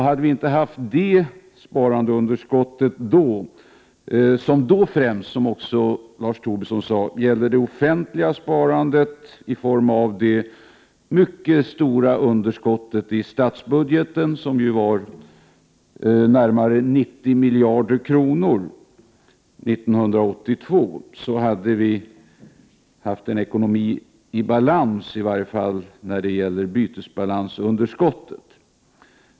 Hade vi inte haft det sparandeunderskottet, vilket — som Lars Tobisson framhöll — främst gällde det offentliga sparandet i form av det mycket stora underskottet i bytesbalansen, som var närmare 90 miljarder kronor år 1982, skulle vi ha haft en ekonomi i balans, i varje fall när det gäller bytesbalansen.